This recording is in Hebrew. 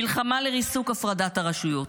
מלחמה לריסוק הפרדת הרשויות,